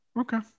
Okay